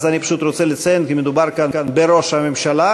אז אני פשוט רוצה לציין כי מדובר כאן בראש הממשלה,